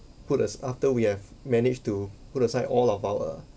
put as~ after we have manage to put aside all of our